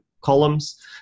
columns